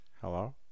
Hello